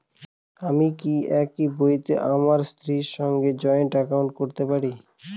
আমি কি একই বইতে আমার স্ত্রীর সঙ্গে জয়েন্ট একাউন্ট করতে পারি?